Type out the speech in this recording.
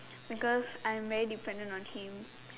because I'm very dependent on him